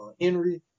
Henry